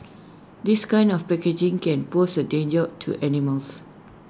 this kind of packaging can pose A danger to animals